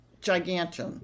gigantic